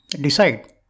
decide